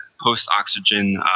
post-oxygen